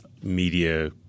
media